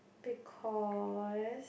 because